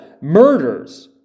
Murders